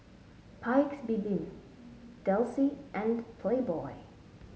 Paik's Bibim Delsey and Playboy